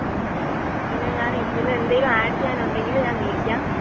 പിന്നെ പിന്നെ ഞാൻ ഇതിൽ എന്തെങ്കിലും ആഡ് ചെയ്യാൻ ഉണ്ടെങ്കിൽ ഞാൻ വിളിക്കാം